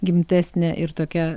gimtesnė ir tokia